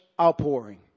outpouring